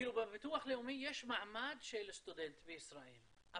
בביטוח לאומי יש מעמד של סטודנטים בישראל,